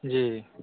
जी